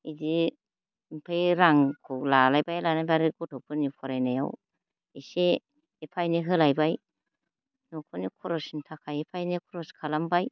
इदि ओमफाय रांखौ लालायबाय लानानै आरो गथ'फोरनि फरायनायाव एसे एफा एनै होलायबाय न'खरनि खरसनि थाखाय एफा एनै खरस खालामबाय